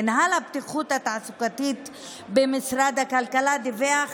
מנהל הבטיחות התעסוקתית במשרד הכלכלה דיווח